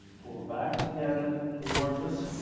pull the back of the cabinet towards us